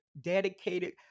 dedicated